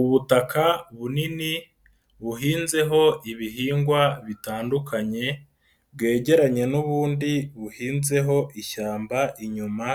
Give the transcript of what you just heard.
Ubutaka bunini buhinzeho ibihingwa bitandukanye, bwegeranye n'ubundi buhinzeho ishyamba inyuma,